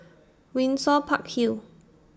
Windsor Park Hill